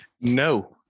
No